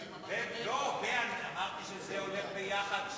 אמרתי שזה הולך ביחד.